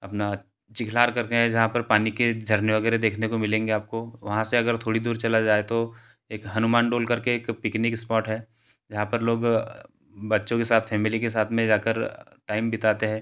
अपना चिखलार करके है जहाँ पर पानी के झरने वगैरह देखने को मिलेंगे आपको वहाँ से अगर थोड़ी दूर चला जाए तो एक हनुमाल डोल करके एक पिकनिक स्पॉट है जहाँ पर लोग बच्चों के साथ फैमिली के साथ में जाकर टाइम बिताते है